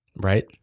right